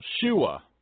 Shua